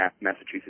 Massachusetts